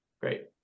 great